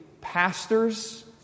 pastors